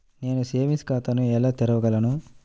నేను సేవింగ్స్ ఖాతాను ఎలా తెరవగలను?